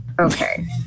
Okay